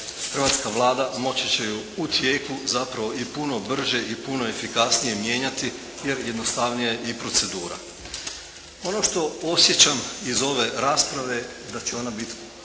Hrvatska Vlada moći će je u tijeku zapravo i puno brže i puno efikasnije mijenjati, jer jednostavnija je i procedura. Ono što osjećam iz ove rasprave da će ona biti,